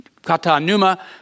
katanuma